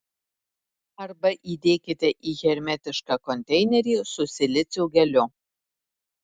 arba įdėkite į hermetišką konteinerį su silicio geliu